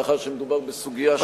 מאחר שמדובר בסוגיה של עניינים בכנסת.